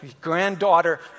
Granddaughter